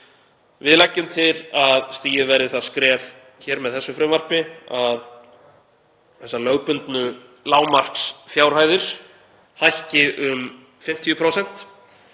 Við leggjum til að stigið verði það skref hér með þessu frumvarpi að þessar lögbundnu lágmarksfjárhæðir hækki um 50%,